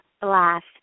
blast